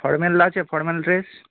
formal আছে formal dress